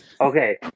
Okay